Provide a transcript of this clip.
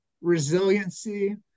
resiliency